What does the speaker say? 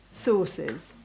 sources